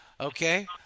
okay